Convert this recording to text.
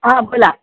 हां बोला